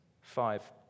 Five